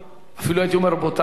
אפילו הייתי אומר, בוטה, לפעמים.